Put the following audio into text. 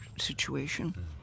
situation